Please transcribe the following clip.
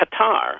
Qatar